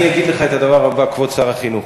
אני אגיד לך את הדבר הבא, כבוד שר החינוך.